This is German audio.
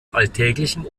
alltäglichen